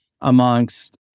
amongst